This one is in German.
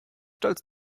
stolz